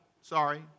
Sorry